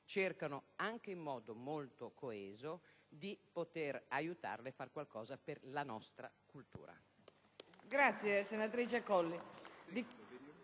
cercano, anche in modo molto coeso, di aiutarla a fare qualcosa per la nostra cultura.